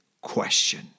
question